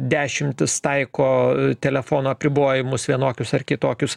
dešimtys taiko telefonų apribojimus vienokius ar kitokius